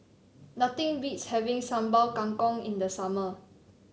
nothing beats having Sambal Kangkong in the summer